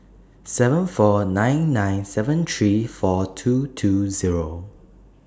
seven four nine nine seven three four two two Zero